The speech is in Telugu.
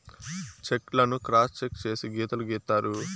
చెక్ లను క్రాస్ చెక్ చేసి గీతలు గీత్తారు